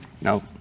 No